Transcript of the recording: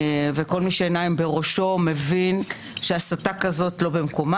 וכל מי שעיניים בראשו מבין שהסתה כזאת לא במקומה.